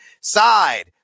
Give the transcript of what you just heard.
side